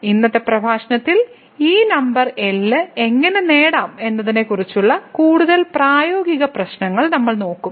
ഇന്നത്തെ പ്രഭാഷണത്തിൽ ഈ നമ്പർ L എങ്ങനെ നേടാം എന്നതിനെക്കുറിച്ചുള്ള കൂടുതൽ പ്രായോഗിക പ്രശ്നങ്ങൾ നമ്മൾ നോക്കും